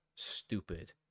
stupid